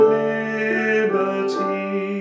liberty